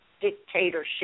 dictatorship